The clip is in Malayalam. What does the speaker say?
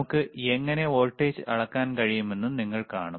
നമുക്ക് എങ്ങനെ വോൾട്ടേജ് അളക്കാൻ കഴിയുമെന്ന് നിങ്ങൾ കാണും